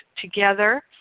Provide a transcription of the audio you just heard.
together